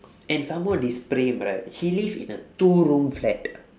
and some more this praem right he live in a two room flat